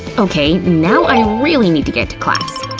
okay, now i really need to get to class.